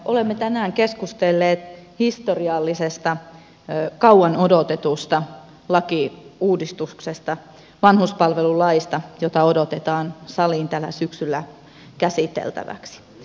olemme tänään keskustelleet historiallisesta kauan odotetusta lakiuudistuksesta vanhuspalvelulaista jota odotetaan saliin tänä syksynä käsiteltäväksi